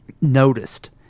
noticed